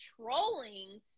trolling